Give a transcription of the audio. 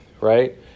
right